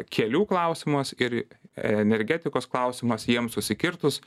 kelių klausimas ir energetikos klausimas jiem susikirtus